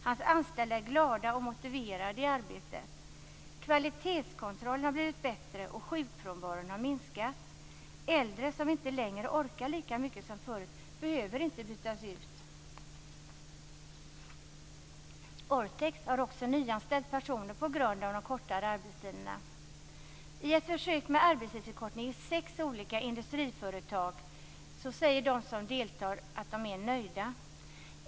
Hans anställda är glada och motiverade i arbetet. Kvalitetskontrollen har blivit bättre, och sjukfrånvaron har minskat. Äldre, som inte längre orkar lika mycket som förut, behöver inte bytas ut. Orthex har också nyanställt personer på grund av de kortare arbetstiderna. I ett försök med arbetstidsförkortning i sex olika industriföretag säger de som deltar att de är nöjda.